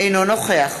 אינו נוכח